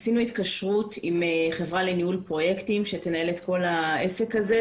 עשינו התקשרות עם חברה לניהול פרויקטים שתנהל את כל העסק הזה,